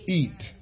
eat